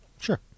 Sure